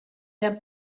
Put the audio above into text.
der